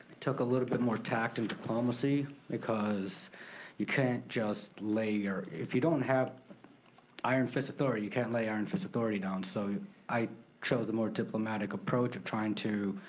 took a little bit more tact and diplomacy because you can't just lay your, if you don't have iron fist authority you can't lay iron fist authority down, so i chose a more diplomatic approach of trying to